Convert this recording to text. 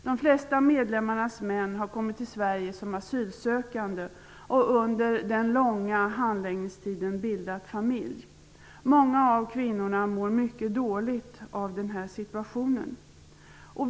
De flesta medlemmarnas män har kommit till Sverige som asylsökande och har under den långa handläggningstiden bildat familj. Många av kvinnorna mår mycket dåligt av den situation som de befinner sig i.